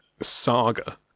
saga